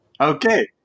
Okay